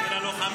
של הלוחמים.